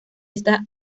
esta